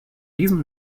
diesem